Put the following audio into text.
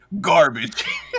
Garbage